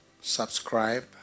subscribe